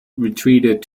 retreated